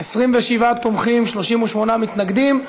27 תומכים, 38 מתנגדים.